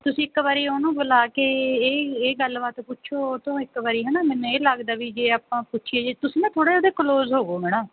ਤੁਸੀਂ ਇੱਕ ਵਾਰੀ ਉਹਨੂੰ ਬੁਲਾ ਕੇ ਇਹ ਇਹ ਗੱਲਬਾਤ ਪੁੱਛੋ ਉਹ ਤੋਂ ਇੱਕ ਵਾਰੀ ਹੈ ਨਾ ਮੈਨੂੰ ਇਹ ਲੱਗਦਾ ਵੀ ਜੇ ਆਪਾਂ ਪੁੱਛੀਏ ਜੇ ਤੁਸੀਂ ਨਾ ਥੋੜ੍ਹਾ ਉਹ ਦੇ ਕਲੋਜ਼ ਹੋਵੋ ਮੈਡਮ